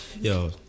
Yo